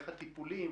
איך הטיפולים?